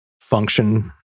function